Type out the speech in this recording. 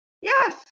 yes